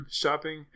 shopping